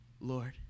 Lord